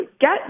get